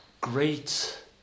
great